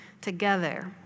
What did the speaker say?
together